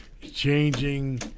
changing